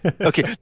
Okay